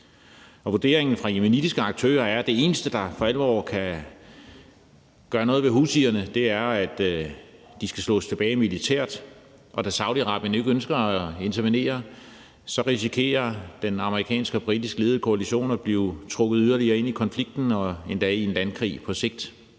Vurderingen fra yemenitiske aktører er, at det eneste, der for alvor kan gøre noget ved houthierne, er at slå dem tilbage militært. Da Saudi-Arabien ikke ønsker at intervenere, risikerer den amerikansk og britisk ledede koalition at blive trukket yderligere ind i konflikten, endda ind i en landkrig på sigt.